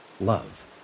love